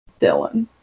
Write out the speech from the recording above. dylan